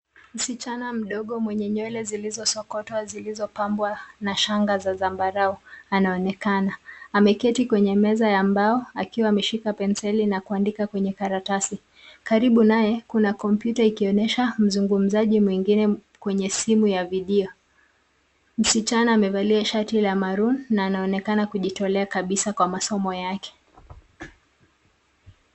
Msichana mdogo mwenye nywele zilizosokotwa zilizopambwa na shanga za zambarau anaonekana ameketi kwenye meza ya mbao akiwa ameshika penseli na kuandika kwenye karatasi. Karibu naye kuna komputa ikionyesha mzungumzaji mwingine kwenye simu ya video. Msichana amevalia shati la maroon na anaonekana kujitolea kabisa kwa masomo yake